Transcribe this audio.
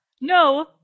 no